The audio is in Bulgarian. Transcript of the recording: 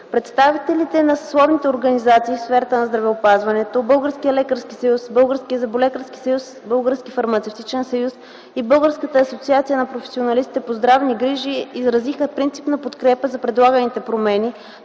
Представителите на съсловните организации в сферата на здравеопазването, Българския лекарски съюз, Българския зъболекарски съюз, Българския фармацевтичен съюз и Българската асоциация на професионалистите по здравни грижи изразиха принципна подкрепа за предлаганите промени,